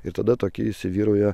ir tada tokia įsivyrauja